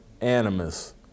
animus